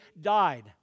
died